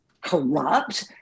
corrupt